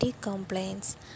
complaints